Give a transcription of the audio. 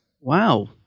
Wow